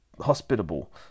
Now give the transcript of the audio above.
hospitable